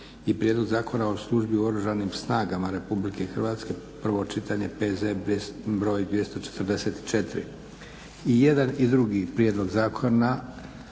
- Prijedlog zakona o službi u Oružanim snagama Republike Hrvatske, prvo čitanje, PZ br. 244 I jedan i drugi prijedlog zakona